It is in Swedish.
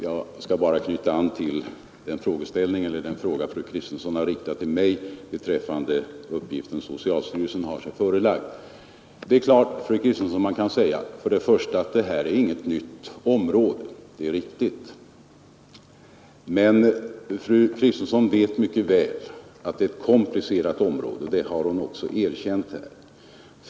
Jag skall bara knyta an till den fråga fru Kristensson har riktat till mig beträffande den uppgift socialstyrelsen har sig förelagd. Det är klart att man kan säga, fru Kristensson, att det här är inget nytt område. Det är riktigt. Men fru Kristensson vet mycket väl att det är ett komplicerat område. Det har hon också erkänt här.